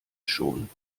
schon